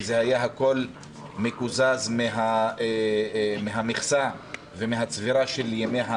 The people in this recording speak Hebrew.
כי הכול היה מקוזז מהמכסה ומהצבירה של ימי המחלה,